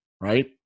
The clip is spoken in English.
right